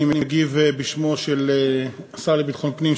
אני מגיב בשמו של השר לביטחון הפנים,